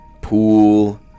pool